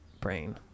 brain